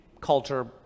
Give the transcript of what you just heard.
culture